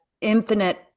infinite